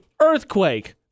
earthquake